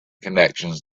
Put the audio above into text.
connections